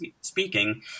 speaking